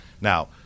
Now